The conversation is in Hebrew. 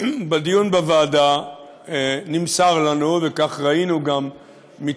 בדיון בוועדה נמסר לנו,